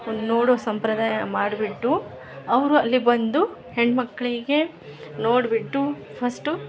ನೋಡೋ ಸಂಪ್ರದಾಯ ಮಾಡ್ಬಿಟ್ಟು ಅವರು ಅಲ್ಲಿಗ ಬಂದು ಹೆಣ್ಣು ಮಕ್ಕಳಿಗೆ ನೋಡ್ಬಿಟ್ಟು ಫಸ್ಟು